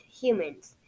humans